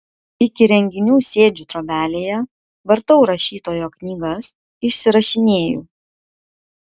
iki renginių sėdžiu trobelėje vartau rašytojo knygas išsirašinėju